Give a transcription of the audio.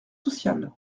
social